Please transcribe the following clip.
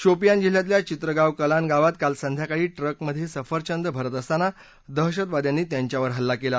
शोपियन जिल्ह्यातल्या चित्रगाव कलान गावात काल संध्याकाळी ट्रकमधे सफरचंद भरत असताना दहशतवाद्यांनी त्यांच्यावर हल्ला केला